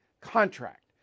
contract